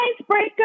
Icebreaker